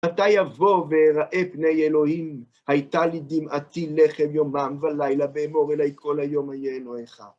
"מתי יבוא ואראה פני אלוהים. הייתה לי דמעתי לחם יומם ולילה באמור אליי כל היום איה אלוהיך".